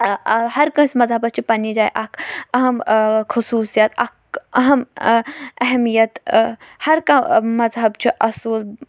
ہر کٲنٛسہِ مذہبَس چھِ پَننہِ جایہِ اَکھ اَہم خصوٗصیت اَکھ اَہم اہمیت ہَر کانٛہہ مَذہَب چھُ اَصۭل